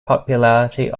popularity